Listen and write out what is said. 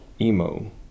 emo